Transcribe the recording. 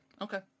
Okay